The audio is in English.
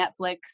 Netflix